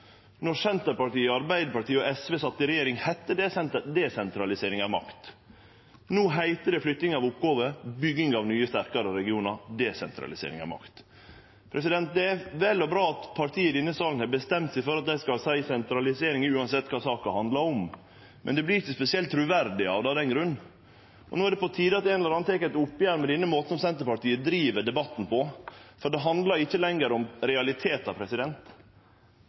No heiter det flytting av oppgåver, bygging av nye, sterkare regionar – desentralisering av makt. Det er vel og bra at parti i denne salen har bestemt seg for at dei skal seie «sentralisering» uansett kva saka handlar om, men det vert ikkje spesielt truverdig av den grunn. No er det på tide at ein eller annan tek eit oppgjer med måten Senterpartiet driv debatten på, for det handlar ikkje lenger om realitetar.